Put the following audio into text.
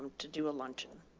to do a luncheon.